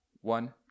One